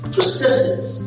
Persistence